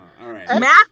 Math